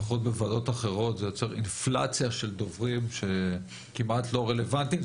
לפחות בוועדות אחרות זה יוצר אינפלציה של דוברים שכמעט לא רלוונטיים.